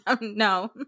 no